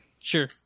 Sure